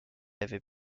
avait